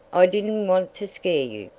i didn't want to scare you,